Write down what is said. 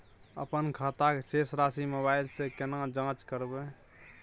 अपन खाता के शेस राशि मोबाइल से केना जाँच करबै?